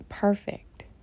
perfect